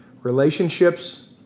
Relationships